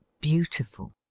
beautiful